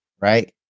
right